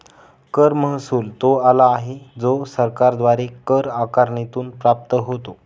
कर महसुल तो आला आहे जो सरकारद्वारे कर आकारणीतून प्राप्त होतो